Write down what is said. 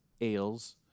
Ales